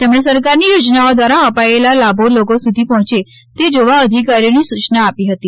તેમણે સરકારની યોજનાઓ દ્વારા અપાયેલ લાભો લોકો સુધી પહોંચે તે જોવા અધિકારીઓને સુચના આપી હતી